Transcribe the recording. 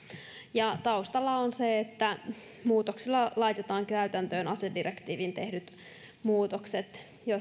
ja taustalla on se että muutoksella laitetaan käytäntöön asedirektiiviin tehdyt muutokset